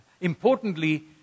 importantly